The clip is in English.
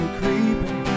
creeping